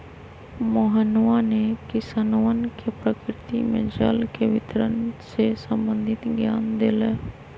मोहनवा ने किसनवन के प्रकृति में जल के वितरण से संबंधित ज्ञान देलय